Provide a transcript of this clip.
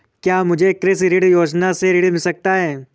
क्या मुझे कृषि ऋण योजना से ऋण मिल सकता है?